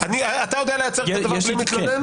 אתה יודע לייצר את הדבר של מתלונן?